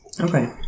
Okay